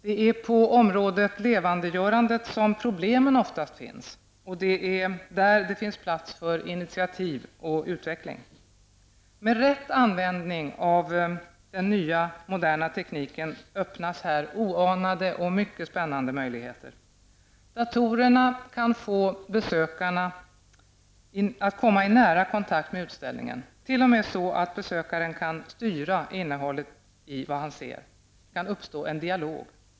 Det är på området ''levandegörandet'' som problemen oftast finns, och det är där det finns plats för initiativ och utveckling. Med rätt användning av den nya moderna tekniken öppnas här oanade och mycket spännande möjligheter. Datorerna kan få besökare att komma i nära kontakt med utställningen, t.o.m. så att besökaren kan styra innehållet i vad han ser; det kan uppstå en dialog.